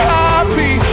happy